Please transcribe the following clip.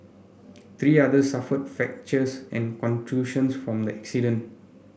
three others suffered fractures and contusions from the accident